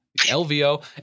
LVO